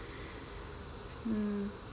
mm